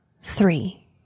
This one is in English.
three